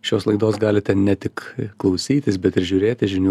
šios laidos galite ne tik klausytis bet ir žiūrėti žinių